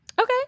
Okay